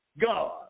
God